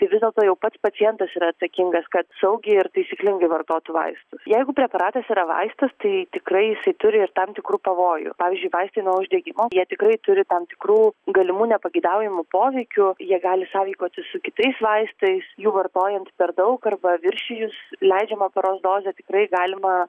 tai vis dėl to jau pats pacientas yra atsakingas kad saugiai ir taisyklingai vartotų vaistus jeigu preparatas yra vaistas tai tikrai jisai turi ir tam tikrų pavojų pavyzdžiui vaistai nuo uždegimo jie tikrai turi tam tikrų galimų nepageidaujamų poveikių jie gali sąveikauti su kitais vaistais jų vartojant per daug arba viršijus leidžiamą paros dozę tikrai galima